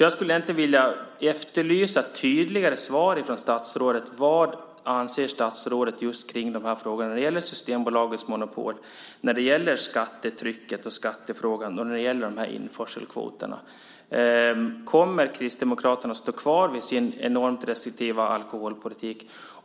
Jag skulle egentligen vilja efterlysa tydligare svar från statsrådet: Vad anser statsrådet just kring de här frågorna när det gäller Systembolagets monopol, när det gäller skattetrycket och skattefrågan och när det gäller de här införselkvoterna? Kommer Kristdemokraterna att stå kvar vid sin enormt restriktiva alkoholpolitik?